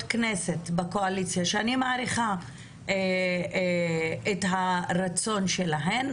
כנסת מהקואליציה, אני מעריכה את הרצון שלהן,